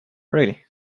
really